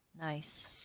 nice